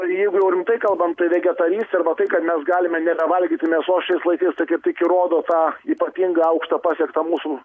jeigu jau rimtai kalbant tai vegetarystė arba tai kad mes galime nebevalgyti mėsos šiais laikais tai kaip tik įrodo tą ypatingai aukštą pasiektą mūsų